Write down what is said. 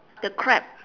the crab